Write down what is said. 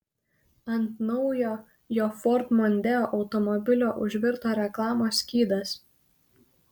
ant naujo jo ford mondeo automobilio užvirto reklamos skydas